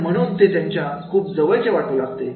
आणि म्हणून ते त्यांच्या खूप जवळचे वाटू लागते